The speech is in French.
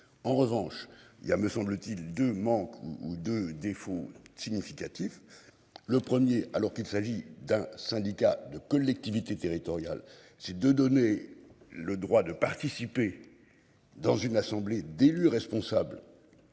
En revanche, il y a me semble-t-il de manque ou de défauts significatifs. Le premier alors qu'il s'agit d'un syndicat de collectivités territoriales c'est de donner le droit de participer. Dans une assemblée d'élus responsables.